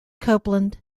copeland